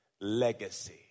legacy